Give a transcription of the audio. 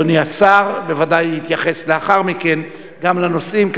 אדוני השר בוודאי יתייחס לאחר מכן גם לנושאים,